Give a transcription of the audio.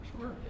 Sure